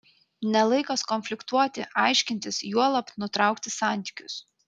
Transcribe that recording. ne laikas konfliktuoti aiškintis juolab nutraukti santykius